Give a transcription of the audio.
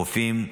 רופאים,